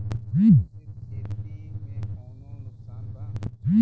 मिश्रित खेती से कौनो नुकसान बा?